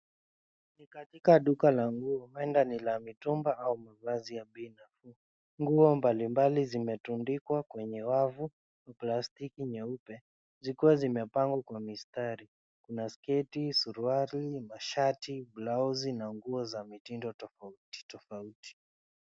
Ni katika duka la nguo huenda ni la mitumba au mavazi ya bei nafuu. Nguo mbalimbali zimetundikwa kwenye wavu, wa plastiki nyeupe, zikiwa zimepangwa kwa mistari. Kuna sketi, suruali, mashati, blausi na nguo za mitindo tofauti tofauti.